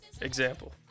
Example